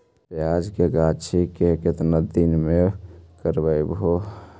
प्याज के गाछि के केतना दिन में कबाड़बै?